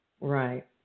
Right